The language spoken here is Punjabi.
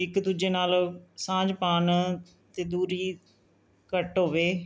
ਇੱਕ ਦੂਜੇ ਨਾਲ਼ ਸਾਂਝ ਪਾਉਣ ਅਤੇ ਦੂਰੀ ਘੱਟ ਹੋਵੇ